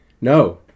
No